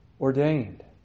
ordained